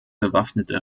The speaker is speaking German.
bewaffnete